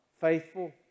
faithful